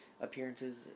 appearances